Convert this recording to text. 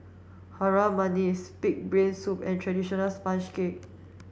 Harum Manis pig brain soup and traditional sponge cake